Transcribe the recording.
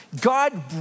God